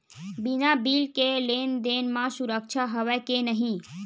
बिना बिल के लेन देन म सुरक्षा हवय के नहीं?